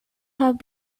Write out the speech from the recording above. have